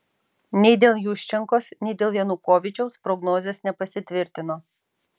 nei dėl juščenkos nei dėl janukovyčiaus prognozės nepasitvirtino